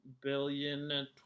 billion